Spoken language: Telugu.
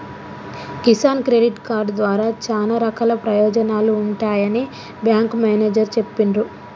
కిసాన్ క్రెడిట్ కార్డు ద్వారా చానా రకాల ప్రయోజనాలు ఉంటాయని బేంకు మేనేజరు చెప్పిన్రు